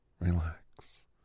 relax